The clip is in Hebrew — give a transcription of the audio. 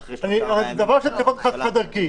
זה דבר שצריך להיות חד חד-ערכי.